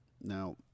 Now